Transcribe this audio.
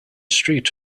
street